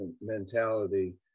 mentality